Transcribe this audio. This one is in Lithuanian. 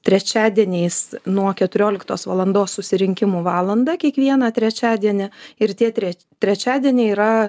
trečiadieniais nuo keturioliktos valandos susirinkimų valandą kiekvieną trečiadienį ir tie tre trečiadieniai yra